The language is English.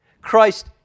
Christ